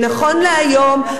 ונכון להיום אתן מושתקות.